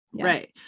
Right